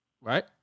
right